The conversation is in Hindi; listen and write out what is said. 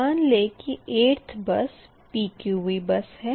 मान लें की 8 th बस PQV बस है